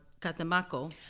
Catemaco